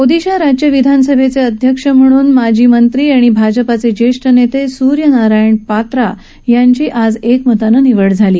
ओदिशा राज्य विधानसभेचे अध्यक्ष म्हणून माजी मंत्री आणि भाजपचे जेष्ठ नेते सूर्यनारायण पात्रा यांची आज एकमतानं निवड झाली